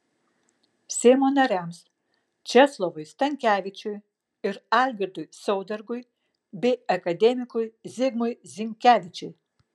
seimo nariams česlovui stankevičiui ir algirdui saudargui bei akademikui zigmui zinkevičiui